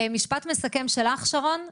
משפט מסכם שלך, שרון?